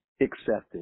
accepted